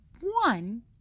one